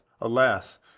alas